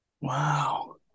Wow